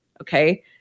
Okay